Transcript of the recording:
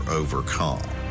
overcome